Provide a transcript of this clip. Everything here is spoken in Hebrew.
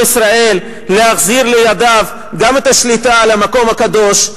ישראל להחזיר לידיו גם את השליטה על המקום הקדוש,